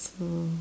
so